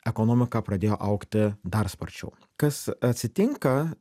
ekonomika pradėjo augti dar sparčiau kas atsitinka